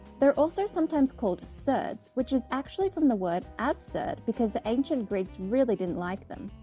they're also sometimes called surds which is actually from the word absurd because the ancient greeks really didn't like them.